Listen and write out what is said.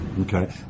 Okay